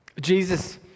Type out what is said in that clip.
Jesus